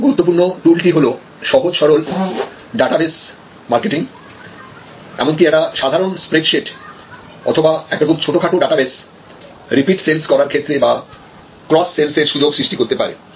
প্রথম গুরুত্বপূর্ণ টুলটি হল সহজ সরল ডাটাবেস মার্কেটিং এমনকি একটা সাধারণ স্প্রেড সিট অথবা এটা খুব ছোটখাটো ডাটাবেস রিপিট সেলস করার ক্ষেত্রে বা ক্রস সেলস এর সুযোগ সৃষ্টি করতে পারে